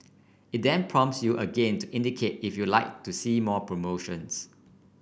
it then prompts you again to indicate if you like to see more promotions